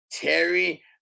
terry